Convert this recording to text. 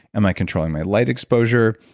am i controlling my light exposure?